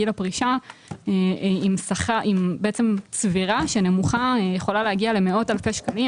הפרישה עם צבירה נמוכה שיכולה להגיע לפער של מאות אלפי שקלים.